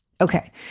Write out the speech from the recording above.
Okay